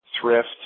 thrift